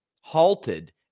halted